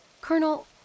Colonel